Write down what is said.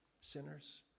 sinners